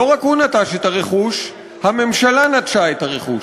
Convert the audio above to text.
לא רק הוא נטש את הרכוש, הממשלה נטשה את הרכוש,